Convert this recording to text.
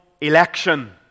election